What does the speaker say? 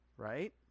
Right